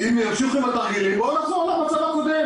אם ימשיכו עם התרגילים נחזור למצב הקודם.